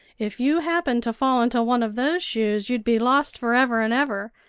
if you happened to fall into one of those shoes, you'd be lost for ever and ever,